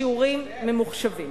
שיעורים ממוחשבים.